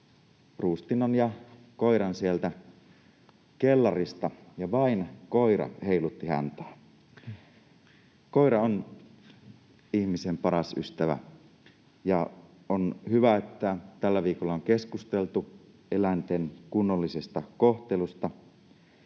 ruustinnan ja koiran sieltä kellarista — ja vain koira heilutti häntää. Koira on ihmisen paras ystävä. On hyvä, että tällä viikolla on keskusteltu eläinten kunnollisesta kohtelusta,